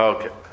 Okay